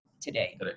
today